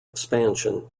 expansion